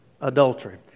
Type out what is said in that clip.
adultery